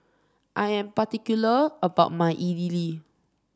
I am particular about my Idili